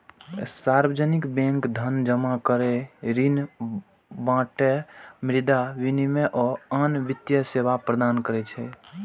सार्वजनिक बैंक धन जमा करै, ऋण बांटय, मुद्रा विनिमय, आ आन वित्तीय सेवा प्रदान करै छै